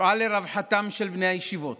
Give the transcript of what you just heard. נפעל לרווחתם של בני הישיבות